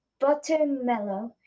buttermellow